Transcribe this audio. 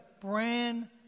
brand